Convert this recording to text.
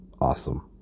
awesome